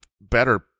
better